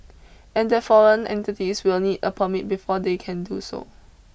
and that foreign entities will need a permit before they can do so